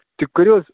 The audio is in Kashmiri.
تُہۍ کٔرِو حظ